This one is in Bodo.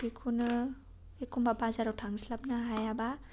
बेखौनो एखनबा बाजाराव थांस्लाबनो हायाबा